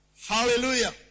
Hallelujah